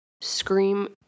scream